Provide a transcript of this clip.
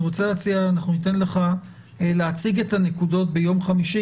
אנחנו ניתן לך להציג את הנקודות ביום חמישי,